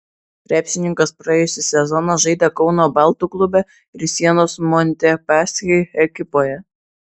krepšininkas praėjusį sezoną žaidė kauno baltų klube ir sienos montepaschi ekipoje